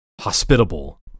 hospitable